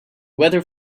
weather